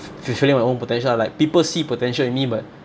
fulfilling my own potential ah like people see potential in me but